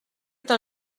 del